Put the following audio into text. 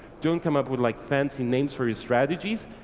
don't come up with like fancy names for your strategies.